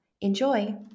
Enjoy